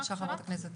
בבקשה, חברת הכנסת.